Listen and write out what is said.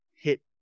hit